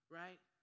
right